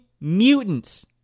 mutants